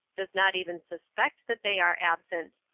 does not even suspect that they are absent.